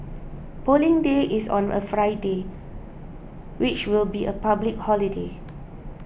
Polling Day is on a Friday which will be a public holiday